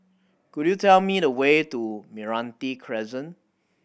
could you tell me the way to Meranti Crescent